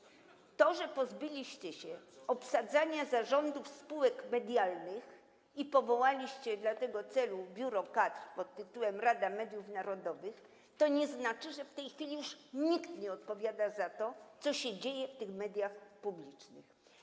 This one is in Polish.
To, że pozbyliście się możliwości obsadzania zarządów spółek medialnych i powołaliście do tego celu biuro kadr pt. Rada Mediów Narodowych, nie znaczy, że w tej chwili już nikt nie odpowiada za to, co dzieje się w mediach publicznych.